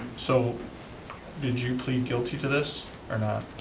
so did you plead guilty to this or not?